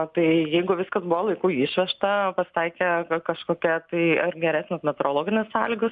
tai jeigu viskas buvo laiku išvežta pasitaikė kažkokia tai ar geresnės meteorologinės sąlygos